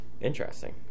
Interesting